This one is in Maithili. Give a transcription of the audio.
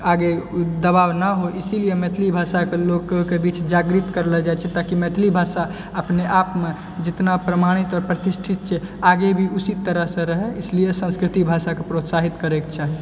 आगे दबाव नहि हो इसीलिए मैथिली भाषाके लोकके बीच जागृति करलो जाइ छै ताकि मैथिली भाषा अपने आपमे जितना प्रमाणित आओर प्रतिष्ठित छै आगे भी उसी तरहसँ रहै इसलिए संस्कृति भाषाके प्रोत्साहित करैके चाही